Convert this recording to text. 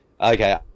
Okay